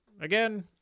again